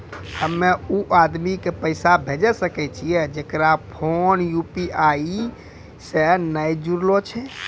हम्मय उ आदमी के पैसा भेजै सकय छियै जेकरो फोन यु.पी.आई से नैय जूरलो छै?